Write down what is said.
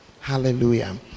hallelujah